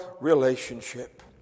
relationship